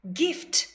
gift